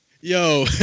Yo